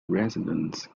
residents